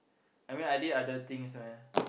I mean I did other things man